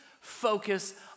focus